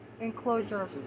enclosure